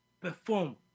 perform